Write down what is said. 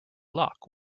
lock